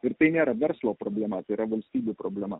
ir tai nėra verslo problematai yra valstybių problema